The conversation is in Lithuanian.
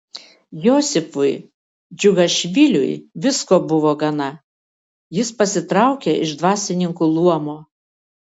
josifui džiugašviliui visko buvo gana jis pasitraukė iš dvasininkų luomo